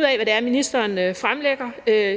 finde ud af, hvad det er, ministeren fremlægger.